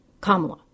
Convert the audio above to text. Kamala